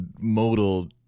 modal